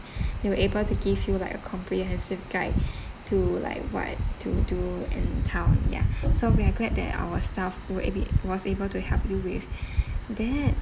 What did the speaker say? they were able to give you like a comprehensive guide to like what to do and how ya so we're glad that our staff were abl~ was able to help you with that